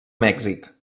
mèxic